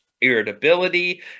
irritability